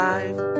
Life